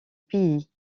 pays